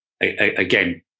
again